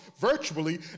virtually